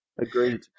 agreed